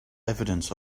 evidence